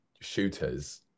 shooters